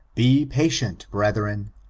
be patient, brethren!